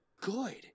good